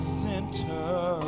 center